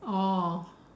oh